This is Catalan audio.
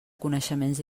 coneixements